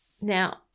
Now